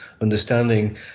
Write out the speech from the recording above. understanding